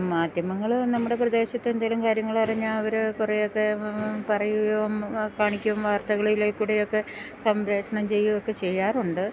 മാധ്യമങ്ങൾ നമ്മുടെ പ്രദേശത്ത് എന്തേലും കാര്യങ്ങൾ അറിഞ്ഞാൽ അവര് കുറേയൊക്കെ ഒന്ന് പറയോം കാണിക്ക്യും വാർത്തകളിലേക്കൂടെയൊക്കെ സംരക്ഷണം ചെയ്യ്വൊക്ക ചെയ്യാറുണ്ട്